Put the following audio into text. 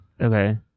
Okay